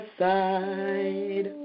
side